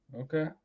Okay